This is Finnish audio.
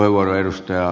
arvoisa puhemies